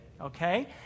okay